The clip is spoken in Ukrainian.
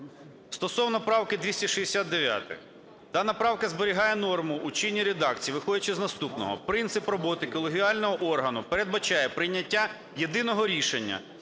Стосовно правки 269. Дана правка зберігає норму у чинній редакції, виходячи з наступного: "Принцип роботи колегіального органу передбачає прийняття єдиного рішення